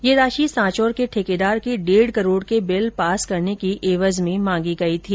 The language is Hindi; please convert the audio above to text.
ये राशि सांचोर के ठेकेदार के डेढ करोड के बिल पास करने की एवज में मांगी गई थी